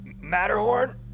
Matterhorn